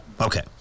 Okay